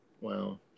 Wow